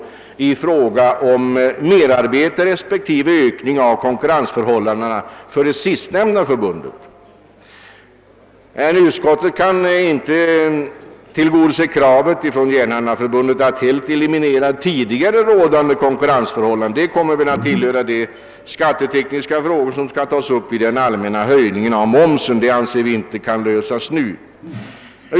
Vad däremot beträffar kravet från Järnhandlareförbundet att helt eliminera tidigare rådande missförhållanden i fråga om konkurrensen — så anser vi att det problemet inte kan lösas nu; det tillhör de skattetekniska frågor som skall tas upp i samband med den allmänna höjningen av momsen.